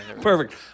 Perfect